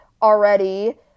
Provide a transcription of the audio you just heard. already